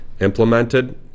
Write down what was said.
implemented